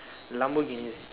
Lamborghini